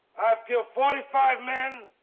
i've killed forty five men,